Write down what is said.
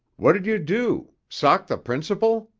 what'd you do? sock the principal?